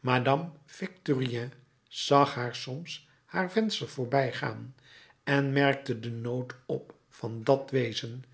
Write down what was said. madame victurnien zag haar soms haar venster voorbijgaan en merkte den nood op van dat wezen